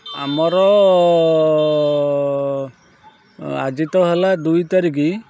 ଆମର ଆଜି ତ ହେଲା ଦୁଇ ତାରିଖ